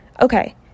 Okay